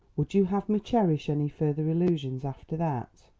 would you have me cherish any further illusions after that?